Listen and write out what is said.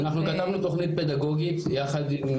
אנחנו כתבנו תוכנית פדגוגית יחד עם